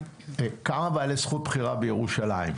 כמה בעלי זכות בחירה בירושלים?